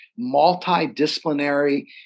multidisciplinary